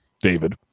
David